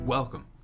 Welcome